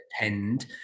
attend